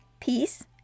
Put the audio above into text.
Peace